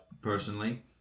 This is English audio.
personally